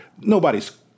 nobody's